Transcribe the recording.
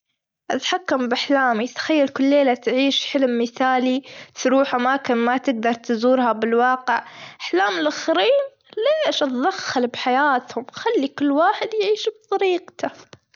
أتحكم بأحلامي تخيل كل ليلة تعيش حلم مثالي تروح أماكن ما تجدر تزورها بالواقع، أحلام الآخرين ليش أذخل بحياتهم خلي كل واحد يعيش بطريقته.